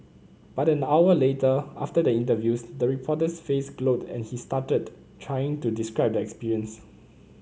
but an hour later after the interviews the reporter's face glowed and he stuttered trying to describe the experience